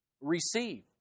Receive